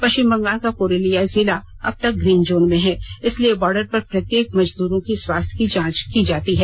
पष्विम बंगाल का पुरुलिया जिला अब तक ग्रीन जोन में है इसलिए बॉर्डर पर प्रत्येक मजदूरों की स्वास्थ्य जांच की जाती है